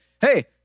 Hey